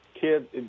kids